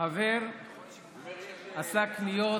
חבר עשה קניות